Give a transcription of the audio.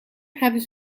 hebben